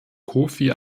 kofi